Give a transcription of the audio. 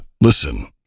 Listen